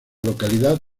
localidad